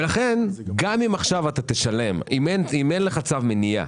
לכן גם אם עכשיו אתה תשלם, אם אין לך צו מניעה,